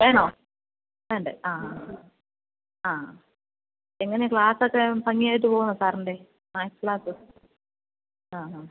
വേണോ വേണ്ടെ ആ ആ എങ്ങനെ ക്ലാസ്സ് ഒക്കെ ഭംഗി ആയിട്ട് പോകുന്നോ സാറിന്റെ മാക്സ് ക്ലാസ്സ് ആ ആ